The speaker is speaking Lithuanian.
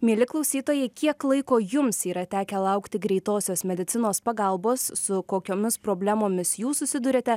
mieli klausytojai kiek laiko jums yra tekę laukti greitosios medicinos pagalbos su kokiomis problemomis jūs susiduriate